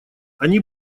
они